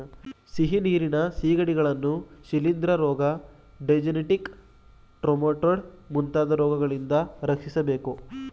ಸಿಹಿನೀರಿನ ಸಿಗಡಿಗಳನ್ನು ಶಿಲಿಂದ್ರ ರೋಗ, ಡೈಜೆನೆಟಿಕ್ ಟ್ರೆಮಾಟೊಡ್ ಮುಂತಾದ ರೋಗಗಳಿಂದ ರಕ್ಷಿಸಬೇಕು